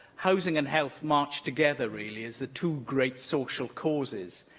housing and health marched together, really, as the two great social causes.